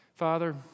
Father